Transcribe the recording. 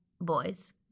boys